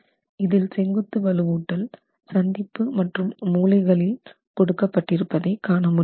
இதில் செங்குத்து வலுவூட்டல் சந்திப்பு மற்றும் மூலைகளில் கொடுக்க பட்டிருப்பதை காணமுடிகிறது